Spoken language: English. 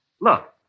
Look